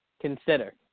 consider